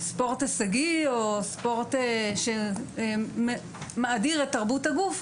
ספורט הישגי או כזה שמאדיר את תרבות הגוף,